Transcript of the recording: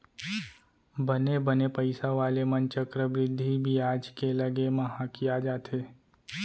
बने बने पइसा वाले मन चक्रबृद्धि बियाज के लगे म हकिया जाथें